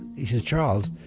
he said, charles,